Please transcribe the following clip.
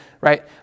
right